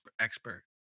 expert